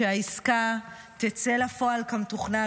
שהעסקה תצא לפועל כמתוכנן,